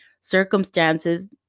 circumstances